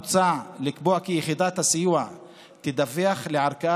מוצע לקבוע כי יחידת הסיוע תדווח לערכאה